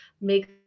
make